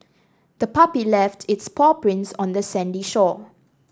the puppy left its paw prints on the sandy shore